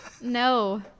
No